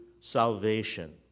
salvation